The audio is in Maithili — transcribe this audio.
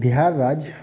बिहार राज्य